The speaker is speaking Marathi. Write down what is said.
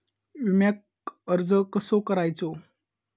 विम्याक अर्ज कसो करायचो?